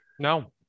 No